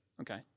okay